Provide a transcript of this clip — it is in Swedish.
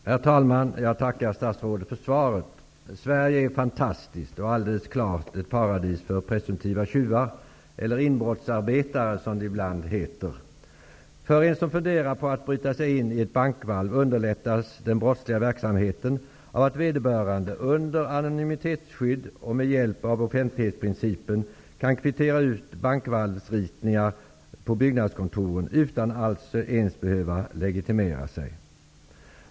Herr talman! Jag tackar statsrådet för svaret. Sverige är fantastiskt och alldeles klart ett paradis för presumtiva tjuvar, eller inbrottsarbetare som de ibland kallas. För en som funderar på att bryta sig in i ett bankvalv underlättas den brottsliga verksamheten av att vederbörande under anonymitetsskydd och med hjälp av offentlighetsprincipen kan kvittera ut bankvalvsritningar på byggnadskontoren utan att ens behöva legitimera sig.